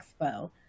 Expo